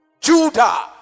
Judah